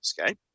okay